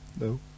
No